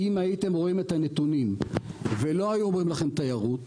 אם הייתם רואים את הנתונים ולא היו אומרים לכם תיירות,